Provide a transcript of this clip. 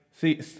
See